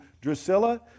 Drusilla